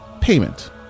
payment